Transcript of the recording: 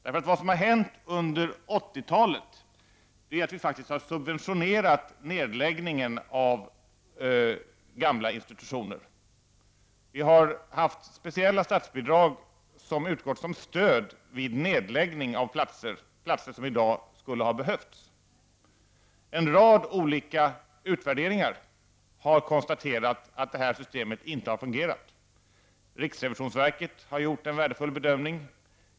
Under 1980-talet har nedläggningen av gamla institutioner faktiskt subventionerats. Speciella statsbidrag har utgått som stöd vid nedläggning av platser — platser som i dag skulle ha behövts. En rad olika utvärderingar har konstaterat att detta system inte har fungerat. Riksrevisionsverket har gjort en värdefull bedömning.